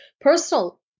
personal